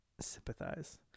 sympathize